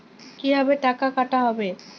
কিভাবে টাকা কাটা হবে?